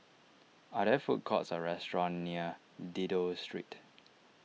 are there food courts or restaurants near Dido Street